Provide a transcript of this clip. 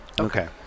Okay